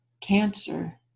Cancer